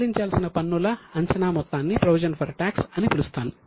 చెల్లించాల్సిన పన్నుల అంచనా మొత్తాన్ని ప్రొవిజన్ ఫర్ టాక్స్ అని పిలుస్తారు